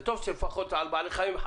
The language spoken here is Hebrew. טוב שלפחות חסים על בעלי חיים,